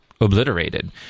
obliterated